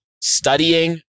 studying